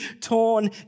torn